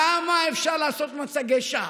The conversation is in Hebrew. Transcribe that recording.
כמה אפשר לעשות מצגי שווא?